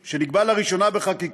הסדר ייחודי, שנקבע לראשונה בחקיקה,